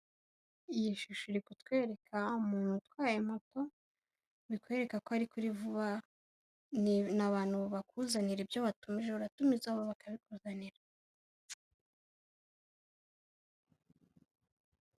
Iyi shusho iri kutwereka umuntu utwaye moto bikwereka ko ari kuri vuba, ni abantu bakuzanira ibyo batumije uratumiza bakabikuzanira.